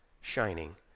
shining